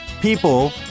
people